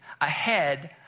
ahead